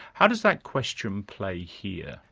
how does that question play here?